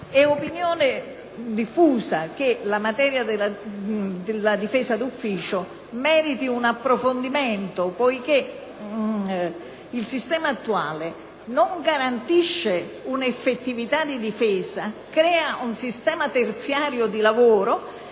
è opinione diffusa che meriti un approfondimento, poiché il sistema attuale non garantisce un'effettività di difesa, crea un sistema terziario di lavoro